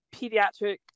pediatric